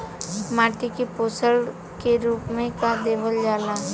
माटी में पोषण के रूप में का देवल जाला?